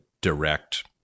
direct